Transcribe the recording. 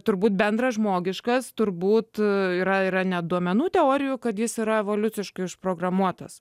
turbūt bendras žmogiškas turbūt yra ne duomenų teorijų kad jis yra evoliuciškai užprogramuotas